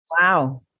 Wow